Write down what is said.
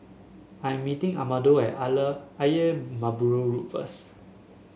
I am meeting Amado at Ayer Merbau Road first